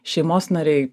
šeimos nariai